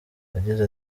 yagize